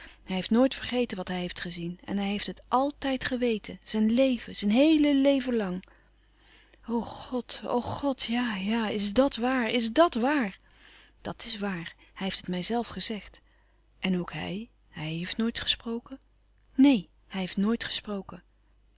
hij heeft nooit vergeten wat hij heeft gezien en hij heeft het altijd geweten zijn leven zijn heele leven lang o god o god ja-ja is dat waar is dàt waar dat is waar hij heeft het mij zelf gezegd en ook hij hij heeft nooit gesproken neen hij heeft nooit gesproken